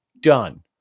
Done